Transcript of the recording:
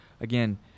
again